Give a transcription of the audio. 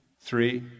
three